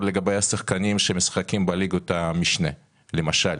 לגבי השחקנים שמשחקים בליגות המשנה למשל,